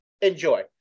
enjoy